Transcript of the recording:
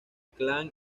clan